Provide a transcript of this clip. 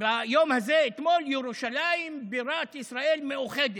ביום הזה, אתמול: ירושלים בירת ישראל מאוחדת.